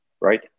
Right